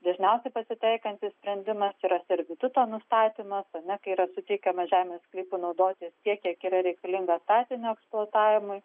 dažniausiai pasitaikantis sprendimas yra servituto nustatymas ar ne kai yra suteikiama žemės sklypu naudotis tiek kiek yra reikalinga statinio eksploatavimui